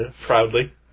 proudly